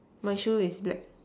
my shoe is black